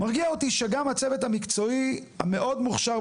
מרגיע אותי שגם הצוות המקצועי המאוד מוכשר,